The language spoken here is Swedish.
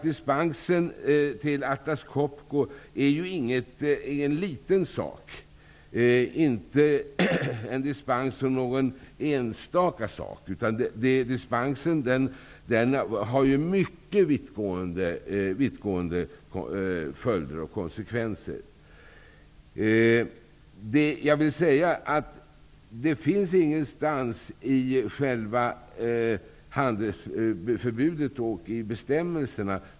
Dispensen till Atlas Copco är ju ingen liten fråga. Det är inte en dispens som gäller en enstaka sak. Dispensen har mycket vittgående följder och konsekvenser. Det talas inte om en generell dispens av det här slaget någonstans i själva handelsförbudet och i bestämmelserna.